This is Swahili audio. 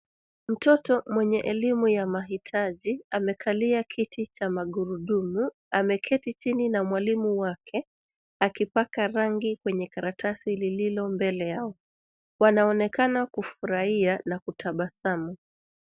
Mtoto mwenye elimu ya mahitaji amekalia kiti cha magurudumu. Ameketi chini na mwalimu wake akipaka rangi kwenye karatasi lililo mbele yao. Wanaonekana kufurahia na kutabasamu.